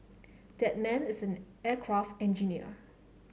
that man is an aircraft engineer